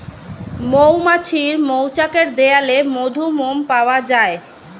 মৌমাছির মৌচাকের দেয়ালে মধু, মোম পাওয়া যায়